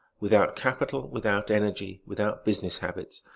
without capital, without energy, without business habits,